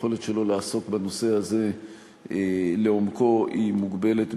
היכולת שלו לעסוק בנושא הזה לעומקו היא מוגבלת,